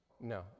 no